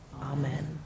Amen